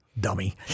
dummy